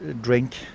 drink